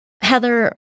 Heather